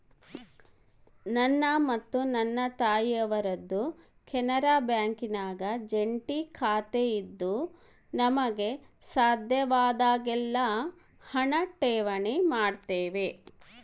ನನ್ನ ಮತ್ತು ನನ್ನ ತಾಯಿಯವರದ್ದು ಕೆನರಾ ಬ್ಯಾಂಕಿನಾಗ ಜಂಟಿ ಖಾತೆಯಿದ್ದು ನಮಗೆ ಸಾಧ್ಯವಾದಾಗೆಲ್ಲ ಹಣ ಠೇವಣಿ ಮಾಡುತ್ತೇವೆ